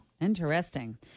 Interesting